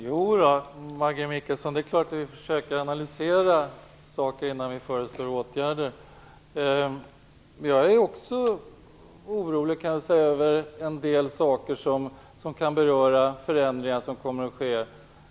Fru talman! Det är klart att vi försöker analysera saker innan vi föreslår åtgärder, Maggi Mikaelsson. Jag är också orolig över en del saker som kan beröra förändringar som kommer att ske.